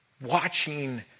watching